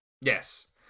Yes